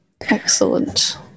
Excellent